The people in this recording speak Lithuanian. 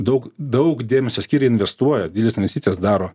daug daug dėmesio skiria investuoja dideles investicijas daro